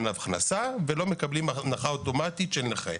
הכנסה ולא מקבלים הנחה אוטומטית של נכה.